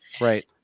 Right